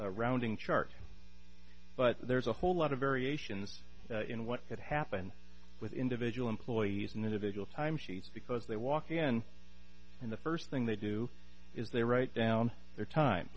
rounding chart but there's a whole lot of variations in what could happen with individual employees and individual time she's because they walk in and the first thing they do is they write down their time